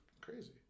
crazy